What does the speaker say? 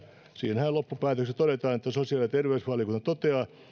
siinähän loppupäätöksessä todetaan että sosiaali ja terveysvaliokunta toteaa